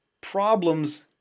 problems